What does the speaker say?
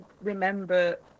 remember